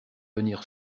venir